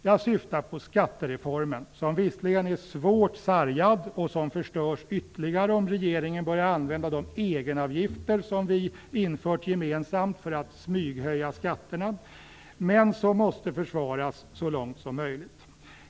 Jag syftar på skattereformen, som visserligen är svårt sargad och som förstörs ytterligare om regeringen börjar använda de egenavgifter som vi infört gemensamt för att smyghöja skatterna, men som måste försvaras så långt som möjligt.